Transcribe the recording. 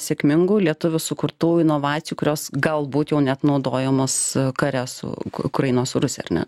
sėkmingų lietuvių sukurtų inovacijų kurios galbūt jau net naudojamos kare su k ukrainos rusija ar ne